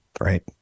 right